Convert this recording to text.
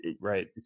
Right